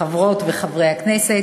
חברות וחברי הכנסת,